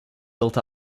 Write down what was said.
built